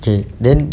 okay then